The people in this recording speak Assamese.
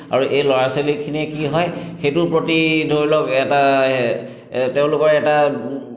আৰু এই ল'ৰা ছোৱালীখিনিৰ কি হয় সেইটোৰ প্ৰতি ধৰি লওক এটা তেওঁলোকৰ এটা